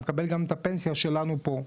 הוא מקבל גם את הפנסיה שלנו פה.